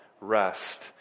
rest